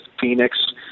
Phoenix